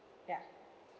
ya